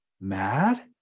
Mad